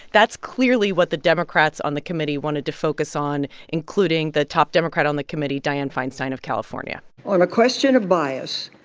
that's clearly what the democrats on the committee wanted to focus on, including the top democrat on the committee, dianne feinstein of california on the question of bias,